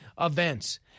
events